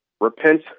Repent